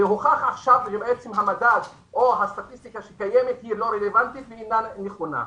אבל עכשיו הוכח שהמדד או הסטטיסטיקה שקיימת אינה רלוונטית ואינה נכונה.